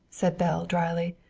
said belle dryly.